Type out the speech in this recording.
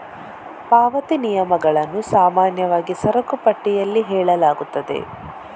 ಪಾವತಿ ನಿಯಮಗಳನ್ನು ಸಾಮಾನ್ಯವಾಗಿ ಸರಕು ಪಟ್ಟಿಯಲ್ಲಿ ಹೇಳಲಾಗುತ್ತದೆ